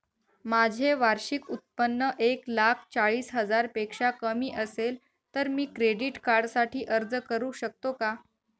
माझे वार्षिक उत्त्पन्न एक लाख चाळीस हजार पेक्षा कमी असेल तर मी क्रेडिट कार्डसाठी अर्ज करु शकतो का?